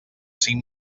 cinc